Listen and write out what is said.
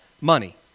money